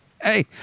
Hey